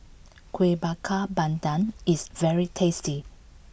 Kueh Bakar Pandan is very tasty